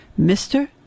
Mr